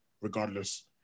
regardless